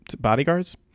bodyguards